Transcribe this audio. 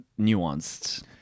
nuanced